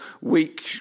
weak